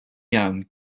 iawn